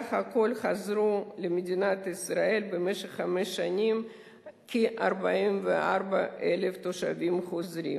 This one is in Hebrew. בסך הכול באו למדינת ישראל במשך חמש שנים כ-44,000 תושבים חוזרים.